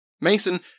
Mason